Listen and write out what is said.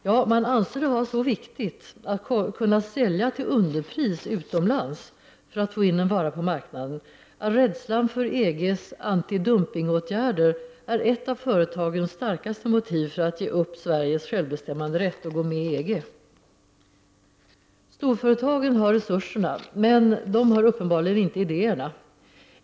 Ja, det anses vara så viktigt att kunna sälja till underpris utomlands för att få in en vara på marknaden, att rädslan för EGs antidumpingåtgärder är ett av företagens starkaste motiv för att ge upp Sveriges självbestämmanderätt och gå med i EG. Storföretag har resurserna, men de har uppenbarligen inte idéerna.